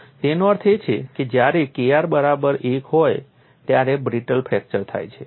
તેનો અર્થ એ કે જ્યારે Kr બરાબર 1 હોય ત્યારે બ્રિટલ ફ્રેક્ચર થાય છે